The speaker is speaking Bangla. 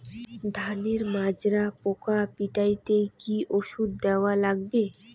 ধানের মাজরা পোকা পিটাইতে কি ওষুধ দেওয়া লাগবে?